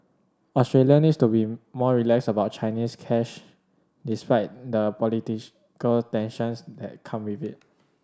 Australia needs to be more relaxed about Chinese cash despite the tensions that come with it